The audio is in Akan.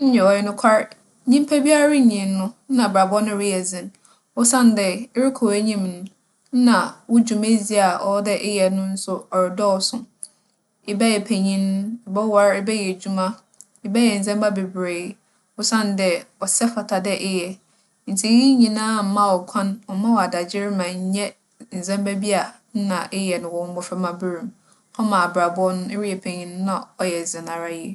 Nyew, ͻyɛ nokwar, nyimpa biara rinyin no, nna abrabͻ no reyɛ dzen osiandɛ erokͻ w'enyim no, nna wo dwumadzi a ͻwͻ dɛ eyɛ no so ͻrodͻͻso. Ebɛyɛ panyin no, ebͻwar, ebɛyɛ edwuma, ebɛyɛ ndzɛmba beberee osiandɛ ͻsɛ fata dɛ eyɛ. Ntsi iyi nyina mma wo kwan, ͻmma wo adagyer ma ennyɛ ndzɛmba bi nna eyɛ no wͻ mboframbaber mu. ͻma abrabͻ no, ereyɛ panyin no na ͻyɛ dzen ara yie.